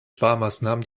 sparmaßnahmen